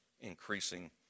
increasing